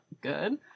good